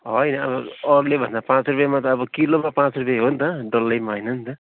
होइन अरूले भन्दा पाँच रुपियाँमा त अब किलोमा पाँच रुपियाँ हो नि त डल्लैमा होइन नि त